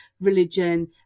religion